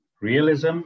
Realism